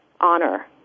honor